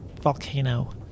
volcano